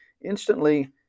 instantly